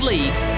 League